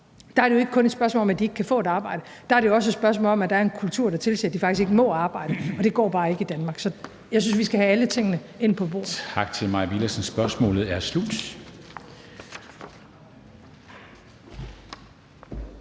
er det jo ikke kun et spørgsmål om, at de ikke kan få et arbejde; der er det jo også et spørgsmål om, at der er en kultur, der tilsiger, at de faktisk ikke må arbejde. Og det går bare ikke i Danmark. Så jeg synes, vi skal have alle tingene på bordet. Kl. 13:42 Formanden (Henrik